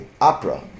opera